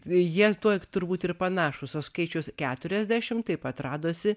jie tuo turbūt ir panašūs o skaičius keturiasdešim taip pat radosi